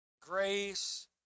grace